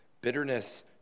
Bitterness